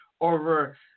over –